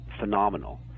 phenomenal